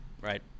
right